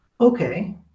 Okay